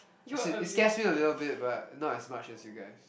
it scares you a little bit but not as much as you guys